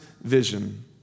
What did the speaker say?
vision